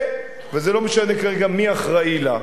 וזה לא משנה כרגע מי אחראי לה.